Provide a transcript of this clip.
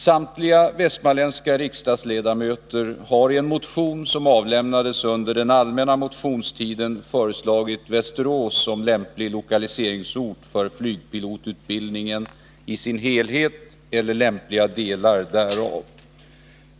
Samtliga västmanländska riksdagsledamöter har i en motion, som avlämnades under den allmänna motionstiden, föreslagit Västerås som lokaliseringsort för flygpilotutbildningen i dess helhet eller lämpliga delar därav.